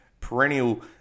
perennial